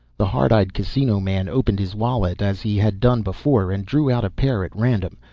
the hard-eyed casino man opened his wallet as he had done before and drew out a pair at random.